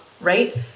right